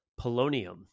Polonium